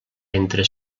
entre